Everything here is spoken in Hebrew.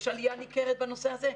יש עלייה ניכרת בנושא הזה.